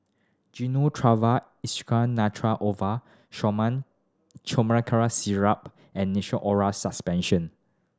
Gyno Travogen Isoconazole Nitrate Ovule Chlormine Chlorpheniramine Syrup and Nystatin Oral Suspension